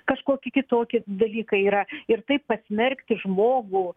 kažkokie kitokie dalykai yra ir tai pasmerkti žmogų